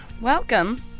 Welcome